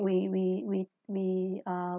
we we we we err